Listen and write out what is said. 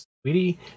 sweetie